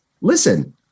Listen